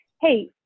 Hey